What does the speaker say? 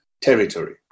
territory